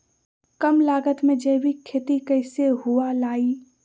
कम लागत में जैविक खेती कैसे हुआ लाई?